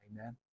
Amen